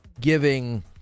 giving